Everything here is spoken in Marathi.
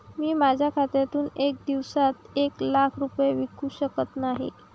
मी माझ्या खात्यातून एका दिवसात एक लाख रुपये विकू शकत नाही